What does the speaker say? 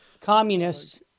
communists